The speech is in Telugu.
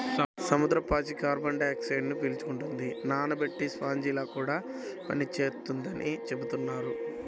సముద్రపు పాచి కార్బన్ డయాక్సైడ్ను పీల్చుకుంటది, నానబెట్టే స్పాంజిలా కూడా పనిచేత్తదని చెబుతున్నారు